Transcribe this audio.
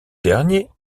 derniers